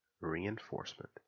reinforcement